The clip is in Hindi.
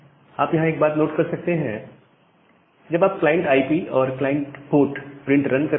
आप यहां एक बात नोट कर सकते हैं यह आप क्लाइंट आईपी और क्लाइंट पोर्ट प्रिंट कर रहे हैं